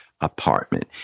apartment